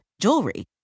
jewelry